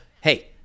hey